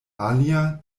alia